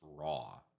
raw